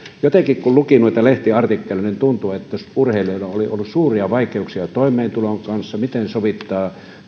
jotenkin tuntui kun luki noita lehtiartikkeleita että jos urheilijalla oli ollut suuria vaikeuksia toimeentulon kanssa miten sovittaa